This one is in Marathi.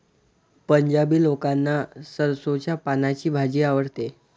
पंजाबी लोकांना सरसोंच्या पानांची भाजी आवडते